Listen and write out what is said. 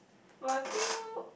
but I feel